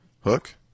Hook